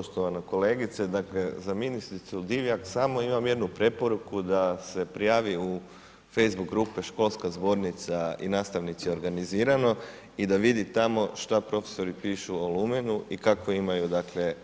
Poštovana kolegice, dakle, za ministricu Divjak imam samo jednu preporuku da se prijavi u facebook grupe Školska zbornica i nastavnici organizirano i da vidi tamo šta profesori pišu o Lumenu i kakve imaju, dakle,